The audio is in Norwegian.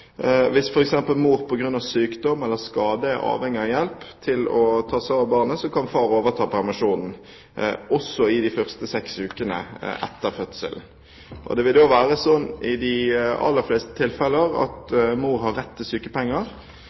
Hvis f.eks. mor på grunn av sykdom eller skade er avhengig av hjelp til å ta seg av barnet, kan far overta permisjonen, også i de første seks ukene etter fødselen. I de aller fleste tilfeller vil det da være sånn at mor har rett til sykepenger.